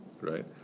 right